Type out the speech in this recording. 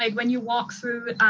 like when you walk through,